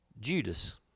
Judas